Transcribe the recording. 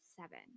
seven